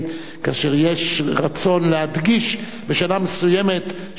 כאשר יש רצון להדגיש בשנה מסוימת שני ראשי